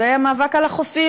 הוא המאבק על החופים.